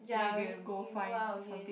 ya we we go out again